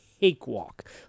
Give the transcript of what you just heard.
cakewalk